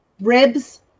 ribs